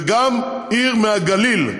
וגם עיר בגליל.